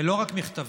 ולא רק מכתבים,